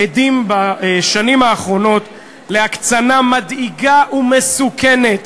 עדים בשנים האחרונות להקצנה מדאיגה ומסוכנת